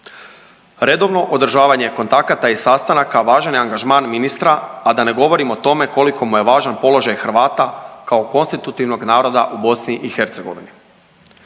Redovno održavanje kontakata i sastanaka važan je angažman ministra, a da ne govorim o tome koliko mu je važan položaj Hrvata kao konstitutivnog naroda u BiH.